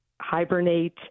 hibernate